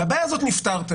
מהבעיה הזאת נפטרתם.